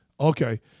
Okay